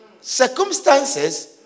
circumstances